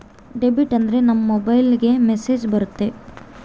debit ಆದ್ರೆ ನಮ್ ಮೊಬೈಲ್ಗೆ ಮೆಸ್ಸೇಜ್ ಬರುತ್ತೆ